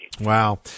Wow